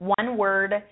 one-word